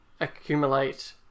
accumulate